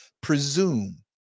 Presume